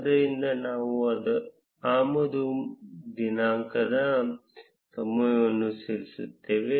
ಆದ್ದರಿಂದ ನಾವು ಆಮದು ದಿನಾಂಕದ ಸಮಯವನ್ನು ಬರೆಯುತ್ತೇವೆ